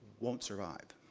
won't survive.